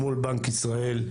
מול בנק ישראל,